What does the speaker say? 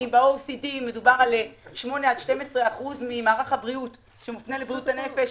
אם ב-OECD מדובר על 8% 12% ממערך הבריאות שמופנה לבריאות הנפש,